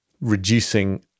reducing